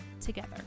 together